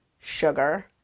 sugar